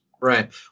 Right